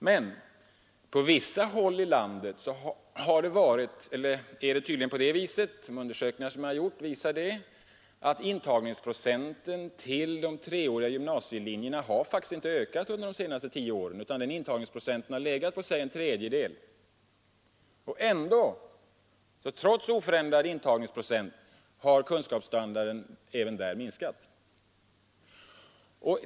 Men på vissa håll i landet har undersökningar visat att intagningsprocenten till gymnasiets treåriga linjer faktiskt inte ökat under de senaste tio åren utan har under denna tid motsvarat ungefär en tredjedel av ungdomarna. Trots oförändrad intagningsprocent har kunskapsstandarden även där minskat.